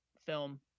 film